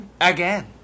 again